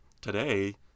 today